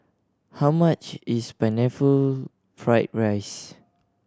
how much is Pineapple Fried rice